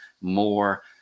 more